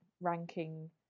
ranking